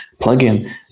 plugin